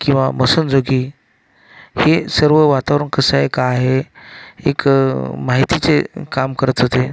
किंवा जो की हे सर्व वातावरण कसे आहे काय आहे एक माहितीचे काम करत होते